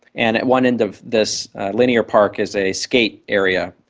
and at one end of this linear park is a skate area,